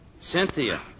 Cynthia